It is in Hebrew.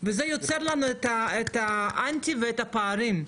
וזה יוצר לנו את האנטי ואת הפערים.